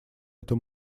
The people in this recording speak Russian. эту